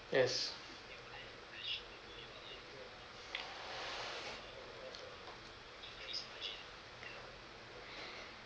yes